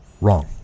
wrong